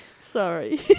Sorry